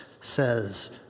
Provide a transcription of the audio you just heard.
says